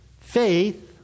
faith